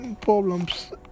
problems